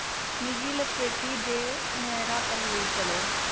मिगी लेफेयटी दे नैह्रा पर लेई चलो